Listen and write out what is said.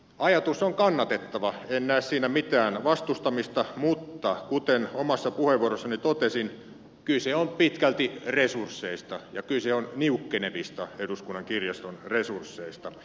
ajatus on kannatettava en näe siinä mitään vastustamista mutta kuten omassa puheenvuorossani totesin kyse on pitkälti resursseista ja kyse on niukkenevista eduskunnan kirjaston resursseista